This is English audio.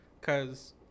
Cause